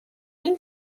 این